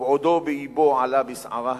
ובעודו באבו עלה בסערה השמימה.